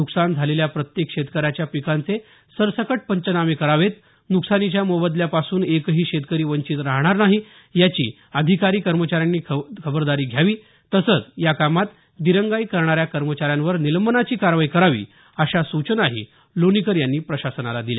नुकसान झालेल्या प्रत्येक शेतकऱ्याच्या पिकांचे सरसकट पंचनामे करावेत नुकसानीच्या मोबदल्यापासून एकही शेतकरी वंचित राहणार नाही याची अधिकारी कर्मचाऱ्यांनी खबरदारी घ्यावी तसंच या कामात दिरंगाई करणाऱ्या कर्मचाऱ्यांवर निलंबनाची कारवाई करावी अशा सूचना लोणीकर यांनी प्रशासनाला दिल्या